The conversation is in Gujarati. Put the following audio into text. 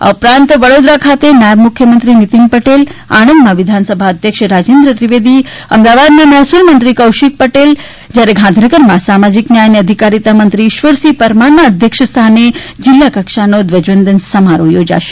આ ઉપરાંત વડોદરા ખાતે નાયબ મુખ્યમંત્રી નિતિન પટેલ આણંદમાં વિધાનસભા અધ્યક્ષ રાજેન્દ્ર ત્રિવેદી અમદાવાદમા મહેસૂલ મંત્રી કૌશિક પટેલ જ્યારે ગાંધીનગરમાં સામાજિક ન્યાય અને અધિકારિતા મંત્રી ઈશ્વરસિંહ પરમારના અધ્યક્ષ સ્થાને જિલ્લા કક્ષાનો ધ્વજ વંદન સમારોહ યોજાશે